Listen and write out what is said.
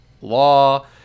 law